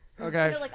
Okay